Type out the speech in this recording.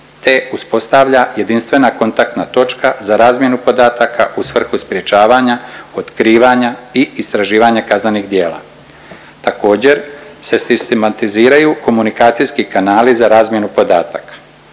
te uspostavlja jedinstvena kontaktna točka za razmjenu podataka u svrhu sprječavanja, otkrivanja i istraživanja kaznenih djela. Također se sistematiziraju komunikacijski kanali za razmjenu podataka.